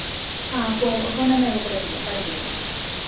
ആ പോ ഒപ്പം തന്നെ പഠിപ്പിക്കാം പഠിപ്പിക്കാം